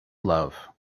love